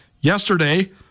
Yesterday